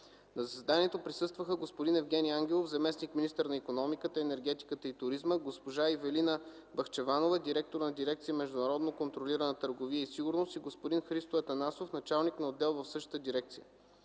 На заседанието присъстваха господин Евгени Ангелов – заместник-министър на икономиката, енергетиката и туризма, госпожа Ивелина Бахчеванова – директор на дирекция „Международно контролирана търговия и сигурност”, и господин Христо Атанасов – началник на отдел в същата дирекция.